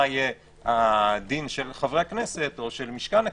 יהיה הדין של חברי הכנסת או של משכן הכנסת,